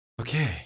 okay